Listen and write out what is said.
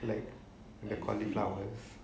like cauliflowers